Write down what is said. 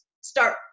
start